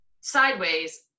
sideways